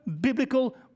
biblical